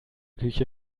küche